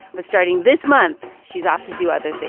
but starting this month, she's off to do other things.